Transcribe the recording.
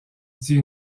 dit